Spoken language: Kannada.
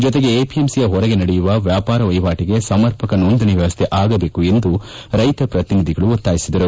ಜೊತೆಗೆ ಎಂಪಿಎಂಸಿಯ ಹೊರಗೆ ನಡೆಯುವ ವ್ಯಾಪಾರ ವಹಿವಾಟಿಗೆ ಸಮರ್ಪಕ ನೋಂದಣಿ ವ್ವವಸ್ಥೆ ಆಗಬೇಕು ಎಂದು ರೈತ ಪ್ರತಿನಿಧಿಗಳು ಒತ್ತಾಯಿಸಿದರು